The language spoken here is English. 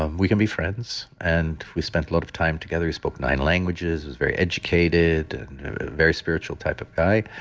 um we can be friends. and we spent a lot of time together. he spoke nine languages, was very educated and very spiritual type of guy.